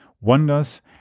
wonders